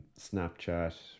Snapchat